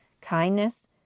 kindness